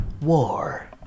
War